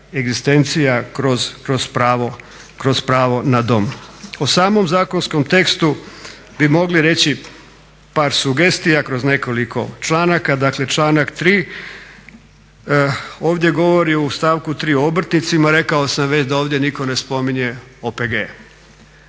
egzistencija kroz pravo na dom. O samom zakonskom tekstu bi mogli reći par sugestija kroz nekoliko članaka, dakle članak 3. ovdje govori u stavku 3. o obrtnicima, rekao sam već da ovdje niko ne spominje OPG-e.